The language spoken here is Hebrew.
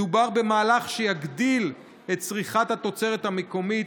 מדובר במהלך שיגדיל את צריכת התוצרת המקומית